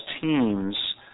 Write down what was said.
teams